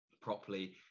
properly